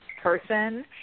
person